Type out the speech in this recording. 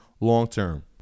long-term